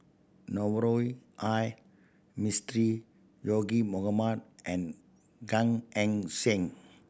Navroji R Mistri Zaqy Mohamad and Gan Eng Seng